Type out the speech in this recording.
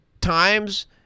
times